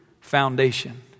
foundation